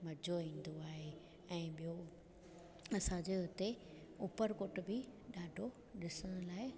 मज़ो ईंदो आहे ऐं ॿियो असांजे उते उपरकोट बि ॾाढो ॾिसण लाइ